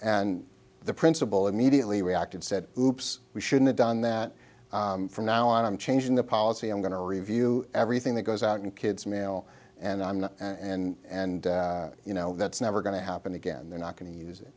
and the principal immediately reacted said oops we should've done that from now on i'm changing the policy i'm going to review everything that goes out and kids mail and i'm not and you know that's never going to happen again they're not going to use